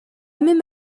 même